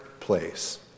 place